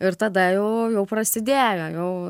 ir tada jau jau prasidėjo jau